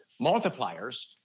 multipliers